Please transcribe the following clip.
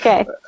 Okay